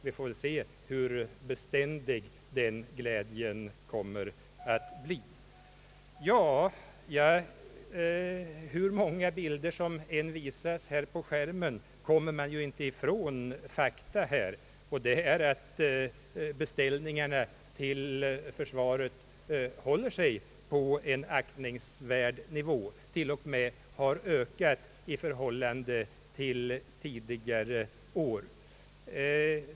Vi får väl se hur beständig den glädjen kommer att bli. Ja, hur många bilder som än visas på skärmen kommer man inte ifrån fakta, nämligen att beställningarna för försvaret håller sig på en aktningsvärd nivå och till och med har ökat i förhållande till tidigare år.